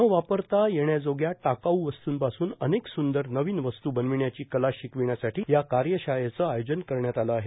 न वापरता येण्याजोग्या टाकाऊ वस्तूंपासून अनेक सुंदर वस्तू बनविण्याची कला शिकविण्यासाठी या कार्यशाळेचं आयोजन करण्यात आलं आहे